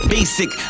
Basic